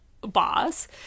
boss